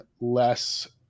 less